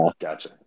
Gotcha